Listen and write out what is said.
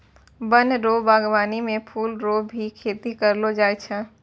वन रो वागबानी मे फूल रो भी खेती करलो जाय छै